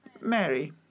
Mary